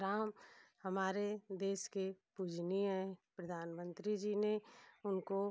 राम हमारे देश के पूजनीय हैं प्रधानमंत्री जी ने उनको